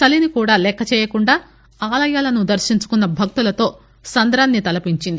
చలిని కూడా లెక్కచేయకుండా ఆలయాలను దర్పించుకున్న భక్తులతో సంద్రాన్ని తలపించింది